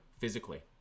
physically